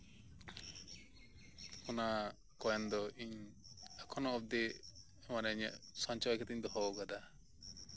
ᱚᱱᱟ ᱠᱚᱭᱮᱱ ᱫᱚ ᱤᱧ ᱮᱠᱷᱳᱱᱳ ᱚᱵᱽᱫᱤ ᱢᱟᱱᱮ ᱤᱧᱟᱜ ᱥᱚᱧᱪᱚᱭ ᱠᱟᱛᱮ ᱤᱧ ᱫᱚᱦᱚᱣᱟᱠᱟᱫᱟ